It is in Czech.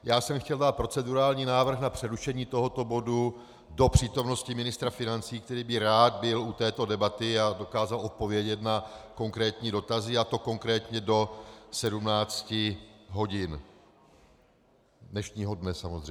Já jsem chtěl dát procedurální návrh na přerušení tohoto bodu do přítomnosti ministra financí, který by rád byl u této debaty a dokázal odpovědět na konkrétní dotazy, a to konkrétně do 17 hodin dnešního dne samozřejmě.